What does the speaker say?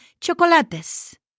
chocolates